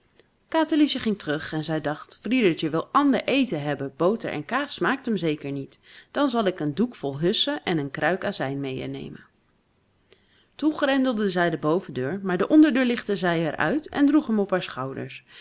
katerliesje ging terug en zij dacht friedertje wil ander eten hebben boter en kaas smaakt hem zeker niet dan zal ik een doek vol hussen en een kruik azijn meênemen toen grendelde zij de bovendeur maar de onderdeur lichtte zij er uit en droeg hem op haar schouders